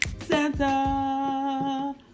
Santa